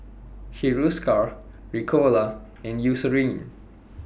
Hiruscar Ricola and Eucerin